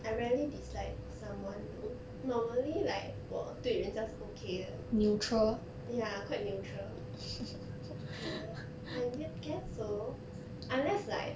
I rarely dislike someone though normally like 我对人家是 okay 的 ya quite neutral ya I would guess so unless like